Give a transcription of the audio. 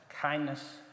kindness